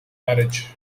marriage